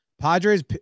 Padres